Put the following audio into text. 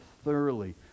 thoroughly